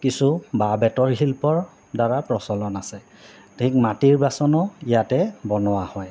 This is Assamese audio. কিছু বাঁহ বেতৰ শিল্পৰ দ্বাৰা প্ৰচলন আছে ঠিক মাটিৰ বাচনো ইয়াতে বনোৱা হয়